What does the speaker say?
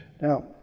Now